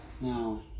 Now